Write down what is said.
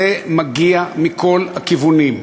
זה מגיע מכל הכיוונים.